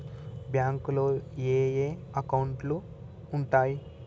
బ్యాంకులో ఏయే అకౌంట్లు ఉంటయ్?